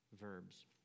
verbs